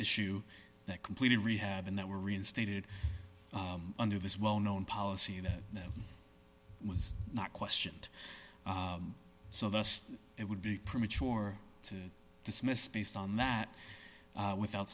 issue that completed rehab and that were reinstated under this well known policy that was not questioned so thus it would be premature to dismiss based on that without